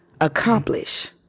accomplish